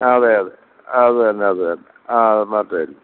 അതെ അതെ അതുതന്നെ അതുതന്നെ ആത്മാർത്ഥമായിരിക്കും